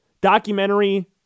documentary